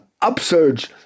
upsurge